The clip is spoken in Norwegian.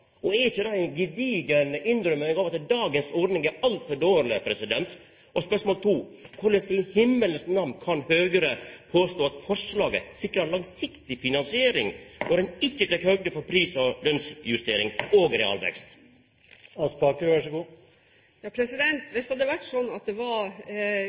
Er ikkje det ei gedigen innrømming av at dagens ordning er altfor dårleg? Korleis i himmelens namn kan Høgre påstå at forslaget sikrar langsiktig finansiering, når ein ikkje tek høgd for pris- og lønsjustering og realvekst? Hvis det hadde vært slik at det var